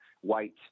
white